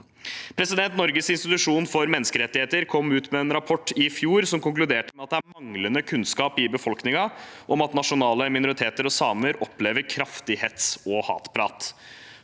debatten. Norges institusjon for menneskerettigheter kom med en rapport i fjor som konkluderte med at det er manglende kunnskap i befolkningen om at nasjonale minoriteter og samer opplever kraftig hets og hatprat.